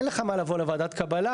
אין לך מה לבוא לוועדת הקבלה,